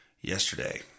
yesterday